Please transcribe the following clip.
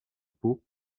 pau